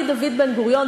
מדוד בן-גוריון,